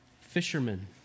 fishermen